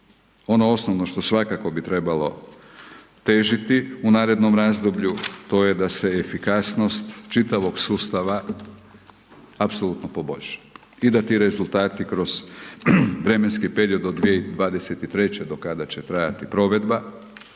ono osnovno što svakako bi trebalo težiti u narednom razdoblju, to je da se efikasnost čitavog sustava apsolutno poboljša i da ti rezultati kroz vremenski period do 2023. do kada će trajati provedba,